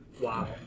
Wow